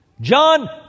John